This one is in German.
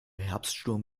herbststurm